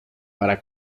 para